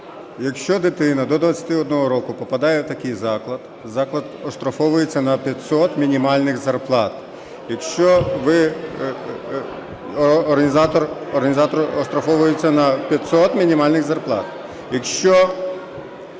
Якщо дитина до 21 року попадає в такий заклад, заклад штрафується на 500 мінімальних зарплат. Якщо ви організатор, організатор штрафується на 500 мінімальних зарплат, якщо…